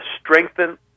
strengthen